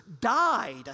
died